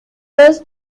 dos